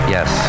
Yes